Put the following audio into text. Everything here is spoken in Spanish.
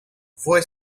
fue